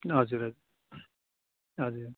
हजुर हजुर हजुर